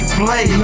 play